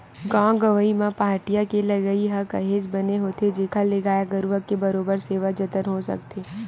गाँव गंवई म पहाटिया के लगई ह काहेच बने होथे जेखर ले गाय गरुवा के बरोबर सेवा जतन हो सकथे